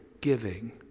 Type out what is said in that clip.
giving